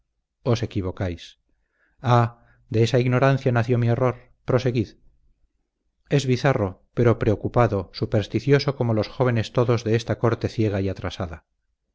os equivocáis ah de esa ignorancia nació mi error proseguid es bizarro pero preocupado supersticioso como los jóvenes todos de esa corte ciega y atrasada